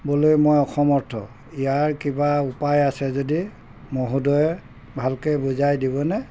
বলৈ মই অসমৰ্থ ইয়াৰ কিবা উপায় আছে যদি মহোদয়ে ভালকৈ বুজাই দিবনে